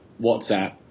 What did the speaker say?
WhatsApp